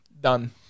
done